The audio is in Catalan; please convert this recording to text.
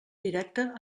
directa